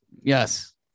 Yes